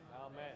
Amen